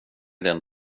din